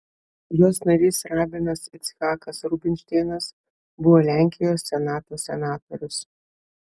jos narys rabinas icchakas rubinšteinas buvo lenkijos senato senatorius